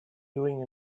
doing